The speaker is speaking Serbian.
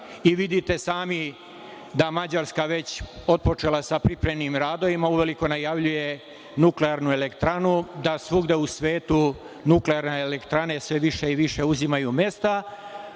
i sami da je Mađarska već otpočela sa pripremnim radovima. Uveliko najavljuje nuklearnu elektranu. Svugde u svetu nuklearne elektrane sve više i više uzimaju mesta,